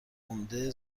عمده